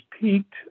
peaked